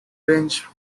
range